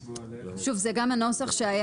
שוב, זה גם הנוסח שהיה.